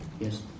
Yes